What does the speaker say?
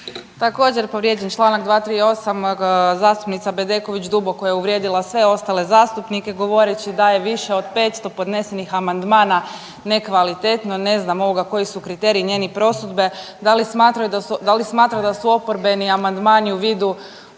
Također vrijedi članak 238. Zastupnica Bedeković duboko je uvrijedila sve ostale zastupnike govoreći da je više od 500 podnesenih amandmana nekvalitetno, ne znam koji su kriteriji njezine prosudbe. Da li smatra da su oporbeni amandmani u vidu